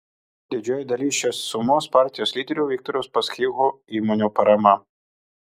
didžioji dalis šios sumos partijos lyderio viktoro uspaskicho įmonių parama